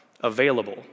available